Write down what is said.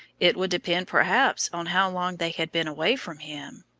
it would depend perhaps on how long they had been away from him.